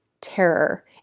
terror